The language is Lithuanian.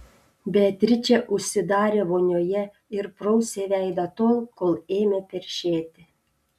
beatričė užsidarė vonioje ir prausė veidą tol kol ėmė peršėti